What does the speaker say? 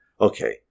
okay